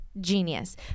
genius